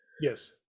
Yes